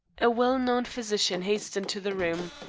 a well-known physician hastened to the room.